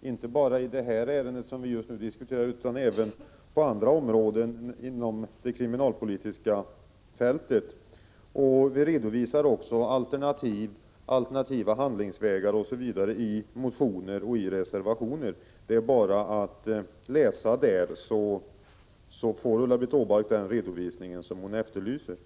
inte bara i det ärende som vi just nu diskuterar utan även på andra områden inom det kriminalpolitiska fältet. Vi redovisar också alternativa handlingsvägar i motioner och i reservationer. Det är bara att läsa där, så får Ulla-Britt Åbark den redovisning som hon efterlyser.